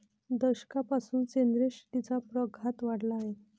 दशकापासून सेंद्रिय शेतीचा प्रघात वाढला आहे